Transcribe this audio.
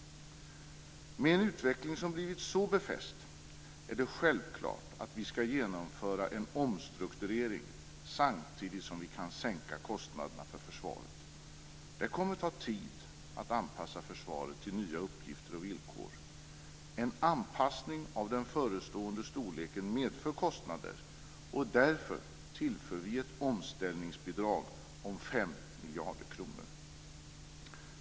Med en utveckling som blivit så befäst är det självklart att vi skall genomföra en omstrukturering samtidigt som vi kan sänka kostnaderna för försvaret. Det kommer att ta tid att anpassa försvaret till nya uppgifter och villkor. En anpassning av den förestående storleken medför kostnader, och därför tillför vi ett omställningsbidrag om 5 miljarder kronor.